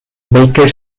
baker